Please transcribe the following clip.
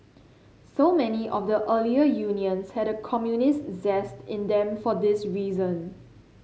so many of the earlier unions had a communist zest in them for this reason